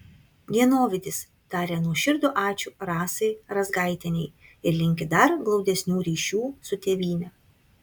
dienovidis taria nuoširdų ačiū rasai razgaitienei ir linki dar glaudesnių ryšių su tėvyne